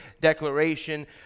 declaration